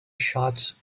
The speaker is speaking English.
shots